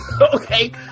Okay